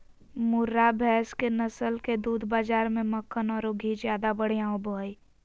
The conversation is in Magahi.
मुर्रा भैस के नस्ल के दूध बाज़ार में मक्खन औरो घी ज्यादा बढ़िया होबो हइ